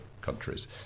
countries